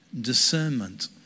Discernment